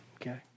Okay